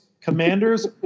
Commanders